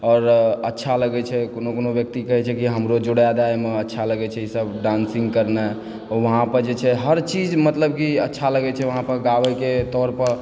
आओर अच्छा लागै छै ओहिमे कोनो व्यक्ति कहै छै कि हमरो जोड़ा दए एहिमे अच्छा लागै छै सब डान्सिंग करनाइ वहाँपर जे छै हर चीज मतलब कि अच्छा लागै छै वहाँपर गाबैके तौरपर